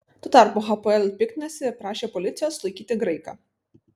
tuo tarpu hapoel piktinosi ir prašė policijos sulaikyti graiką